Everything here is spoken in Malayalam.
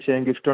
ആ ഓക്കെ